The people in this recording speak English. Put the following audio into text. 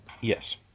Yes